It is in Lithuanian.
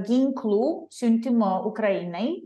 ginklų siuntimo ukrainai